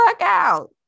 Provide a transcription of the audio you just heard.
out